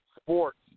sports